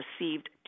received